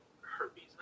herpes